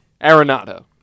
Arenado